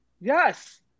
Yes